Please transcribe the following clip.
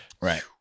right